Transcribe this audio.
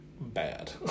bad